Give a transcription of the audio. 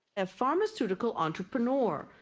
and pharmaceutical entrepreneur.